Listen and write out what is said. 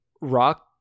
Rock